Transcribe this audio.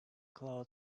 cloud